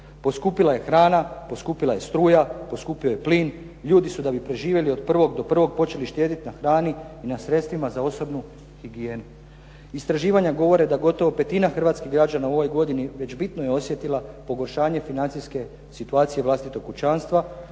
Poskupila je hrana, poskupila je struja, poskupio je plin, ljudi su da bi preživjeli od 1. do 1. počeli štedjeti na hrani i na sredstvima za osobnu higijenu. Istraživanja govore da gotovo petina hrvatskih građana u ovoj godini već bitno je osjetila pogoršanje financijske situacije vlastitog kućanstva,